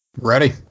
Ready